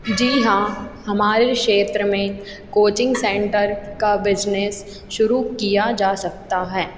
जी हाँ हमारे क्षेत्र में कोचिंग सेंटर का बिजनेस शुरू किया जा सकता है